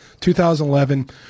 2011